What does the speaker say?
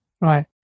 Right